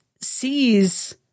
sees